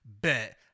Bet